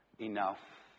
enough